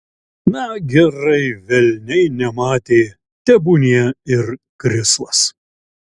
na gerai velniai nematė tebūnie ir krislas